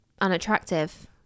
unattractive